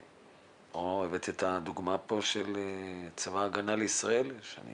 הבאת את הדוגמה פה של צבא ההגנה לישראל שאני